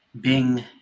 Bing